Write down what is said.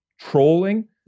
trolling